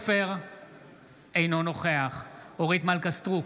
אינו נוכח אורית מלכה סטרוק,